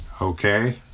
Okay